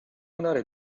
andare